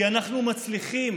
כי אנחנו מצליחים.